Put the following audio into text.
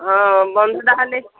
ହଁ ବନ୍ଧଟା ହେଲେ